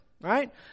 Right